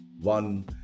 one